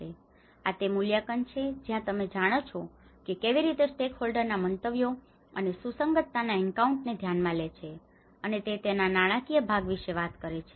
અને આ તે મૂલ્યાંકન છે જ્યાં તમે જાણો છો કે તે કેવી રીતે સ્ટેકહોલ્ડરના મંતવ્યો અને સુસંગતતાના એકાઉન્ટને ધ્યાનમાં લે છે અને તે તેના નાણાકીય ભાગ વિશે વાત કરે છે